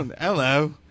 Hello